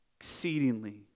exceedingly